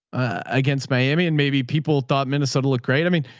against miami and maybe people thought minnesota looked great. i mean,